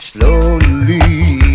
Slowly